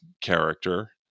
character